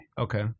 Okay